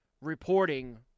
reporting